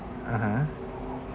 (uh huh)